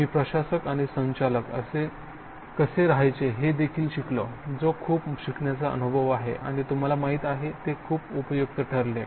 मी प्रशासक आणि संचालक कसे व्हायचे हे देखील शिकलो जो खूप शिकण्याचा अनुभव आहे आणि तुम्हाला माहिती आहे ते खूप उपयुक्त ठरले